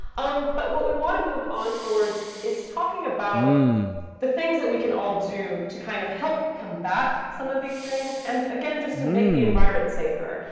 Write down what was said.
um but what we want to move on towards is talking about the things that we can all do to kind of help combat some of these things, and again, just to make the environment safer.